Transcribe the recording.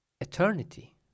Eternity